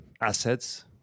assets